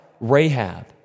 Rahab